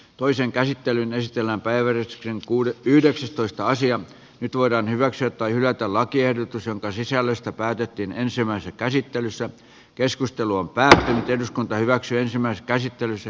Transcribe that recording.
toisen käsittelyn ystävänpäiväretken kuudet yhdeksäs toista nyt voidaan hyväksyä tai hylätä lakiehdotus jonka sisällöstä päätettiin ensimmäisessä käsittelyssä keskusteluun pääsee eduskunta hyväksyisivät käsittelyssä